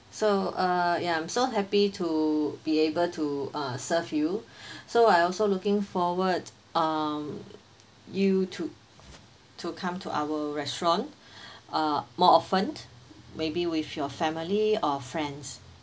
so uh ya I'm so happy to be able to uh serve you so I also looking forward um you to to come to our restaurant uh more often maybe with your family or friends